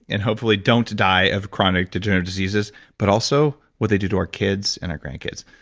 and hopefully don't die of chronic degenerative diseases, but also what they do to our kids and our grandkids.